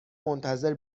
منتظر